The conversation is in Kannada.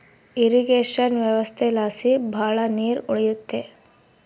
ಇರ್ರಿಗೇಷನ ವ್ಯವಸ್ಥೆಲಾಸಿ ಭಾಳ ನೀರ್ ಉಳಿಯುತ್ತೆ